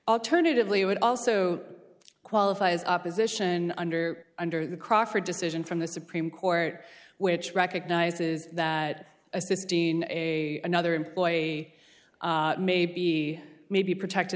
alternatively it would also qualify as opposition under under the crawford decision from the supreme court which recognizes that as this dean a another employee may be may be protected